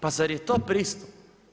Pa zar je to pristup?